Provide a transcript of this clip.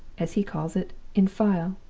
as he calls it, in file.